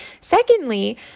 Secondly